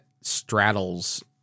straddles –